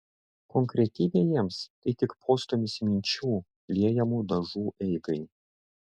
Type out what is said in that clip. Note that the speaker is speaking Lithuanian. konkretybė jiems tai tik postūmis minčių liejamų dažų eigai